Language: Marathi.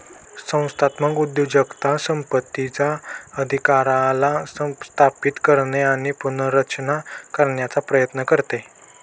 संस्थात्मक उद्योजकता संपत्तीचा अधिकाराला स्थापित करणे आणि पुनर्रचना करण्याचा प्रयत्न करते